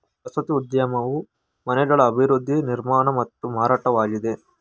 ವಸತಿ ಉದ್ಯಮವು ಮನೆಗಳ ಅಭಿವೃದ್ಧಿ ನಿರ್ಮಾಣ ಮತ್ತು ಮಾರಾಟವಾಗಿದೆ